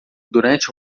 durante